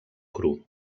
cru